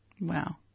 Wow